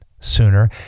sooner